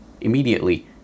Immediately